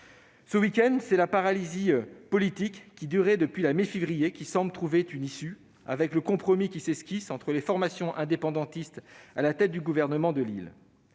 Ce week-end, c'est la paralysie politique qui durait depuis la mi-février qui semble trouver une issue, avec le compromis qui s'esquisse entre les formations indépendantistes à la tête du gouvernement de l'île.